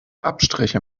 abstriche